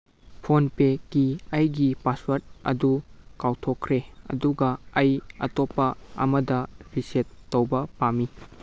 ꯐꯣꯟꯄꯦꯀꯤ ꯑꯩꯒꯤ ꯄꯥꯁꯋꯥꯔꯠ ꯑꯗꯨ ꯀꯥꯎꯊꯣꯛꯈ꯭ꯔꯦ ꯑꯗꯨꯒ ꯑꯩ ꯑꯇꯣꯞꯄ ꯑꯃꯗ ꯔꯤꯁꯦꯠ ꯇꯧꯕ ꯄꯥꯝꯃꯤ